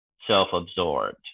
self-absorbed